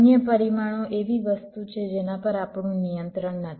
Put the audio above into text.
અન્ય પરિમાણો એવી વસ્તુ છે જેના પર આપણું નિયંત્રણ નથી